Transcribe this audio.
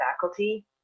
faculty